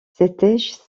c’était